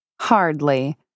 Hardly